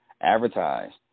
advertised